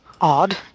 odd